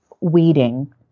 weeding